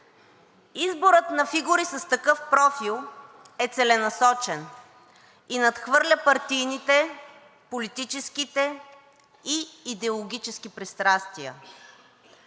Изборът на фигури с такъв профил е целенасочен и надхвърля партийните, политическите и идеологическите пристрастия.